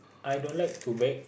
I don't like to bake